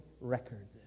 record